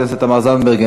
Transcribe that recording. חברת הכנסת תמר זנדברג,